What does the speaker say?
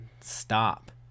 stop